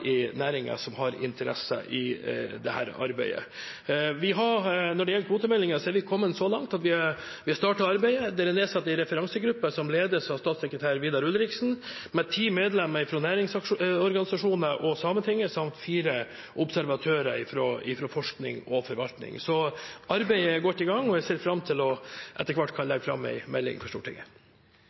i næringen som har interesser i dette arbeidet. Når det gjelder kvotemeldingen, er vi kommet så langt at vi har startet arbeidet. Det er nedsatt en referansegruppe som ledes at statssekretær Vidar Ulriksen, med ti medlemmer fra næringsorganisasjoner og Sametinget samt fire observatører fra forskning og forvaltning. Så arbeidet er godt i gang, og jeg ser fram til etter hvert å kunne legge fram en melding for Stortinget.